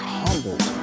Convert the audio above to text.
humbled